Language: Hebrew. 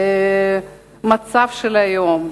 המצב של היום,